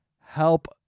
help